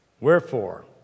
Wherefore